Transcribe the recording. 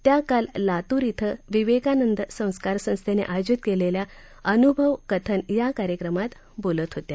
त्या काल लातूर इथं विवेकानंद संस्कार संस्थेनं आयोजित केलेल्या अनुभव कथन कार्यक्रमात बोलत होत्या